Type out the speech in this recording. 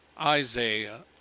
Isaiah